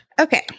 Okay